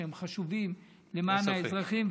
שהם חשובים למען האזרחים.